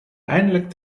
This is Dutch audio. eindelijk